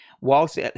whilst